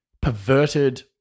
perverted